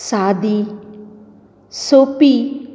सादी सोंपी